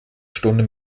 stunde